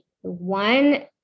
one